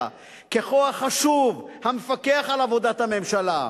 ככוח חשוב המפקח על עבודת הממשלה.